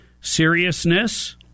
seriousness